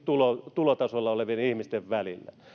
tulotasolla olevien ihmisten välillä